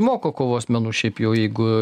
moko kovos menų šiaip jau jeigu